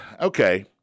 Okay